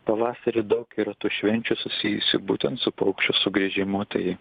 pavasarį daug yra tų švenčių susijusių būtent su paukščių sugrįžimu tai